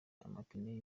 amapine